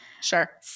Sure